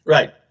Right